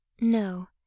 No